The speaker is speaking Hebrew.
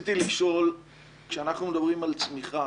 רציתי לשאול כשאנחנו מדברים על צמיחה,